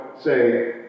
say